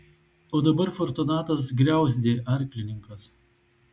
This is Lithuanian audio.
o dabar fortunatas griauzdė arklininkas